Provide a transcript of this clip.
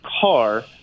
car